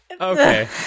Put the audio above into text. Okay